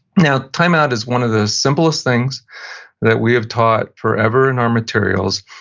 now, time-out is one of the simplest things that we have taught forever in our materials,